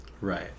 Right